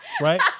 Right